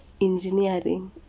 engineering